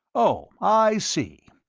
oh, i see.